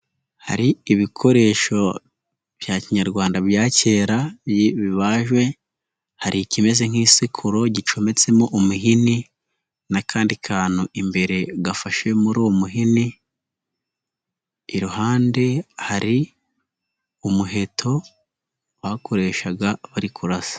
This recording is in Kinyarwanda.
Hari ibikoresho bya kinyarwanda bya kera bibajwe, hari ikimeze nk'isekuru gicometsemo umuhini n'akandi kantu imbere gafashe muri uwo muhini, iruhande hari umuheto, bakoreshaga bari kurasa.